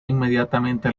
inmediatamente